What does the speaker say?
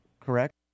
correct